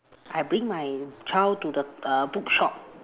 I bring my child to the uh bookshop